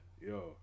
Yo